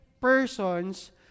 persons